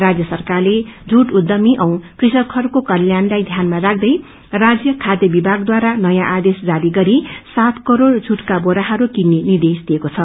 राज्य सरकारले जुट उध्यमी औ कृषकहरूको कल्याणलाई ध्यानामा राख्दै राज्य खाध्य विभागद्वार नयाँ आदेश जारी गरी सात करोड़ जुटका बोराहरू किन्ने निर्देश दरिको छ